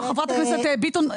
חברת הכנסת ביטון,